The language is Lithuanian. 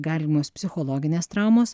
galimos psichologinės traumos